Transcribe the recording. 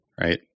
right